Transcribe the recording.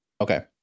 Okay